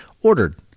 ordered